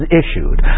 issued